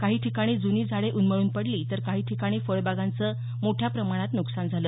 काही ठिकाणी जुनी झाडे उन्मळून पडली तर काही ठिकाणी फळबागांच मोठ्या प्रमाणात नुकसान झालं